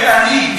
ואני,